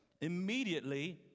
immediately